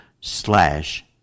slash